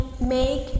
make